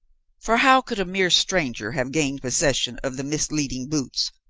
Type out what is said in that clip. for how could a mere stranger have gained possession of the misleading boots,